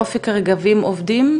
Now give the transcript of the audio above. אופק רגב עובדים,